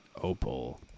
Opal